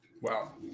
Wow